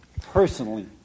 Personally